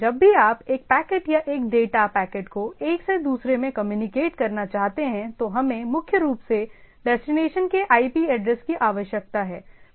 जब भी आप एक पैकेट या एक डेटा पैकेट को एक से दूसरे में कम्युनिकेट करना चाहते हैं तो हमें मुख्य रूप से डेस्टिनेशन के आईपी एड्रेस की आवश्यकता है